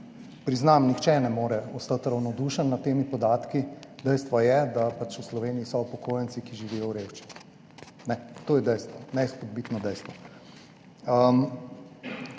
priznam, da nihče ne more ostati ravnodušen nad temi podatki. Dejstvo je, da pač v Sloveniji so upokojenci, ki živijo v revščini. To je dejstvo. Neizpodbitno dejstvo.